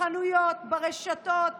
בחנויות וברשתות